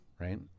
right